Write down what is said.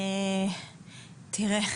תראה,